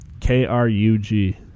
K-R-U-G